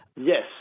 Yes